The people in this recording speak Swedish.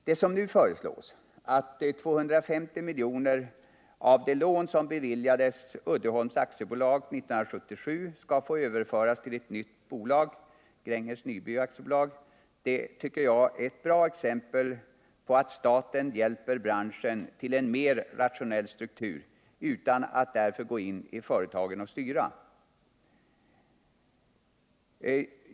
Det som nu föreslås — att 250 miljoner av det lån som beviljades Uddeholms AB 1977 skall få överföras till ett nytt bolag, Gränges Nyby AB - tycker jag är ett bra exempel på att staten hjälper en bransch till en mer rationell struktur utan att därför gå in i företaget och styra.